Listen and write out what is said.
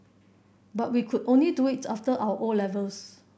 but we could only do it after our O levels